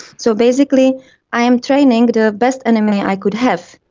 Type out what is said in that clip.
so basically i am training the best enemy i could have.